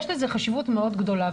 יש לזה חשיבות מאוד גדולה.